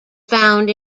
found